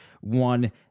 one